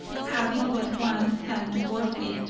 having but one hand to work with,